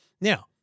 Now